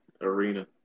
arena